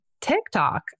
TikTok